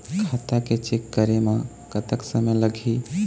खाता चेक करे म कतक समय लगही?